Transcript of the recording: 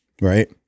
Right